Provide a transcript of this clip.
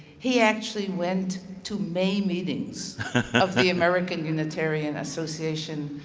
he actually went to may meetings of the american unitarian association.